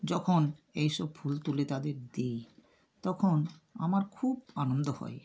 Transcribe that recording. যখন এই সব ফুল তুলে তাদের দিই তখন আমার খুব আনন্দ হয়